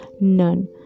None